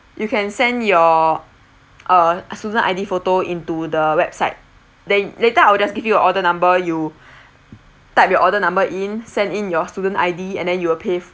you can send your uh student I_D photo into the website then later I'll just give you a order number you type your order number in send in your student I_D and then you will pay